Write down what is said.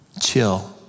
chill